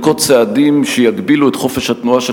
מלנקוט צעדים שיגבילו את חופש התנועה של